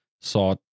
saw